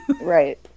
Right